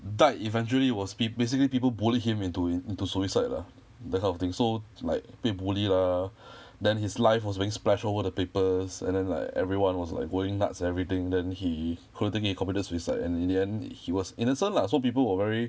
died eventually was peo~ basically people bullied him into it into suicide lah that kind of thing so like 被 bullied lah then his life was being splashed all over the papers and then like everyone was going nuts and everything then he couldn't take it he committed suicide and in the end he was innocent lah so people were very